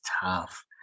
tough